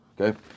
Okay